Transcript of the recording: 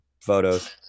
photos